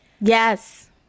Yes